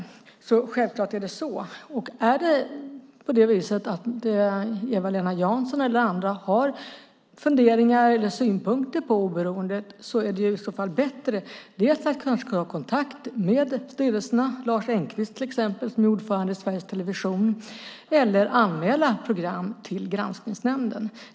Det är självklart så, och är det på det viset att Eva-Lena Jansson eller andra har funderingar eller synpunkter på oberoendet är det i så fall bättre att kanske ta kontakt med styrelserna - till exempel Lars Engqvist som är ordförande i Sveriges Television - eller anmäla program till Granskningsnämnden.